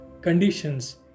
conditions